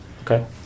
Okay